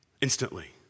Instantly